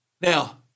Now